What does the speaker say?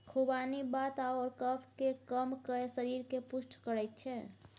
खुबानी वात आओर कफकेँ कम कए शरीरकेँ पुष्ट करैत छै